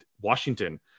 Washington